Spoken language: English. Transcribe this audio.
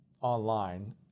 online